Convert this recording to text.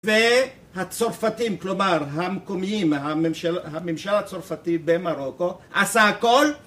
והצרפתים, כלומר המקומיים, הממשל הצרפתי במרוקו עשה הכל